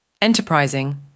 Enterprising